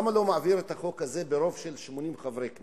למה לא להעביר את החוק הזה ברוב של 80 חברי כנסת?